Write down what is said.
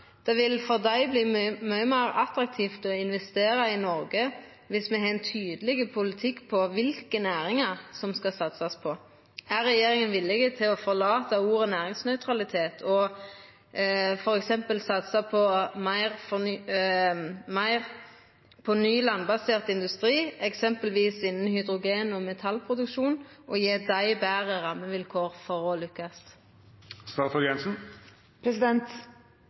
Det vil for dei verta mykje meir attraktivt å investera i Noreg dersom vi har ein tydeleg politikk på kva for næringar ein skal satsa på. Er regjeringa villig til å forlata ordet «næringsnøytralitet» og f.eks. satsa meir på ny landbasert industri, eksempelvis innan hydrogen og metallproduksjon, og gje dei betre rammevilkår for å